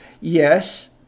yes